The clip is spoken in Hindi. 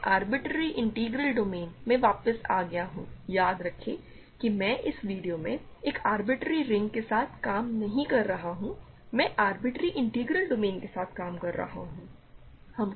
तो अब मैं आरबिटरेरी इंटीग्रल डोमेन में वापस आ गया हूं याद रखें कि मैं इस वीडियो में एक आरबिटरेरी रिंग के साथ काम नहीं कर रहा हूं मैं एक आरबिटरेरी इंटीग्रल डोमेन के साथ काम कर रहा हूं